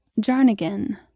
Jarnigan